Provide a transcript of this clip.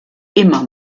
immer